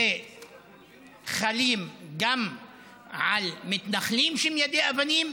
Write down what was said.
וחלים גם על מתנחלים שמיידים אבנים,